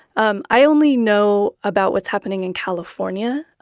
um i only know about what's happening in california.